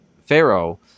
Pharaoh